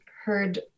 heard